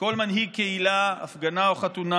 מכל מנהיג קהילה, הפגנה או חתונה: